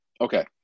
Okay